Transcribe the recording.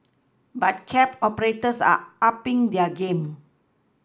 but cab operators are upPing their game